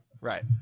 Right